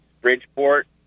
Bridgeport